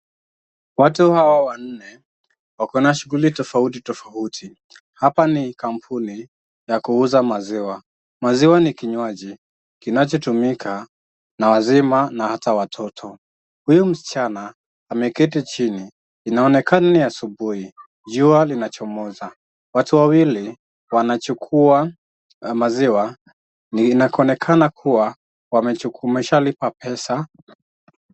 Watu hawa wanne wako na shughuli tofauti tofauti, hapa ni kampuni ya kuuza maziwa. Maziwa ni kinywaji kinachotumika na wazima na hata watoto. Huyu msichana ameketi chini, inaonekana ni asubuhi, jua linachomoza, watu wawili wanachukua maziwa, inaonekana kuwa wameshalipa pesa.